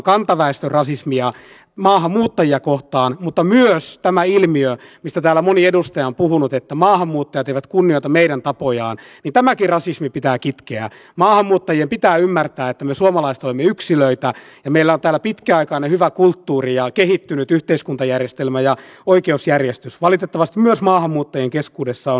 mutta on tärkeää että siinä valmistelussa huomioidaan ne kansainväliset vertailut ja tutkimukset että miten eri maissa on tehty ja otetaan ainoastaan ne hyvät asiat sieltä eikä niitä huonoja asioita koska on myös nähtävillä ollut vaikkapa ruotsissa miten on palveluita sitten myös maakuntatasolla keskittynyt